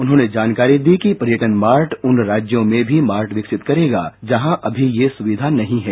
उन्होंने जानकारी दी कि पर्यटन मार्ट उन राज्यों में भी मार्ट विकसित करेगा जहां अभी ये सुविधा नहीं है